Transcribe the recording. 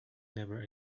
never